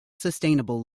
sustainable